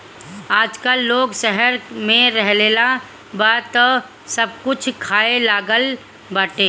आजकल लोग शहर में रहेलागल बा तअ सब कुछ खाए लागल बाटे